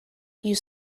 you